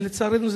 ולצערנו,